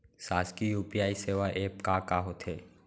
शासकीय यू.पी.आई सेवा एप का का होथे?